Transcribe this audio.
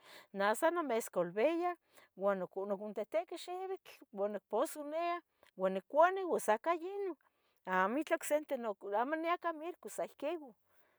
neh sa nonescolbia, ua nocontihtiqui xibitl ua nicposonia au nicuni ua sa ica yeh ino, amo itla ocsente, nuc amo niah cah mierco, sa iquiu